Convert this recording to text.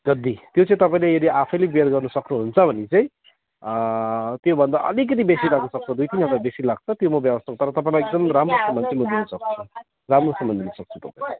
गद्दी त्यो तपाईँले यदि आफैले बियर गर्नु सक्नुहुन्छ भने चाहिँ त्योभन्दा अलिकति बेसी लाग्नुसक्छ दुई तिन हजार बेसी लाग्छ त्यो म व्यवस्था तर तपाईँलाई एकदम राम्रो सामान चाहिँ म दिनसक्छु राम्रो सामान दिनसक्छु तपाईँलाई